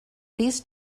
these